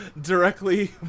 directly